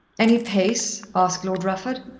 any pace? asked lord rufford.